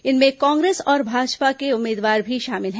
इनमें कांग्रेस और भाजपा के उम्मीदवार भी शामिल है